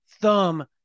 thumb